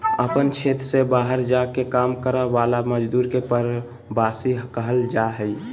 अपन क्षेत्र से बहार जा के काम कराय वाला मजदुर के प्रवासी कहल जा हइ